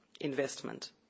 investment